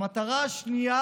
המטרה השנייה